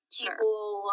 people